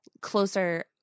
closer